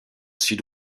sud